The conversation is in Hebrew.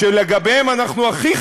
אנחנו עוברים